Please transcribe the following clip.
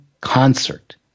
concert